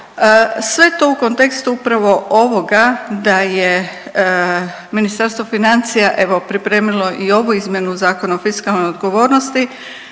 Sve to u kontekstu upravo ovoga da je Ministarstvo financija evo pripremilo i ovu izmjenu Zakona o fiskalnoj odgovornosti